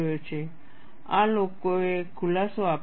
આ લોકોએ ખુલાસો આપ્યો છે